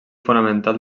fonamental